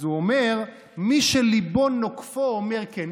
אז הוא אומר: "מי שלבו נוקפו" אומר כן,